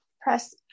Press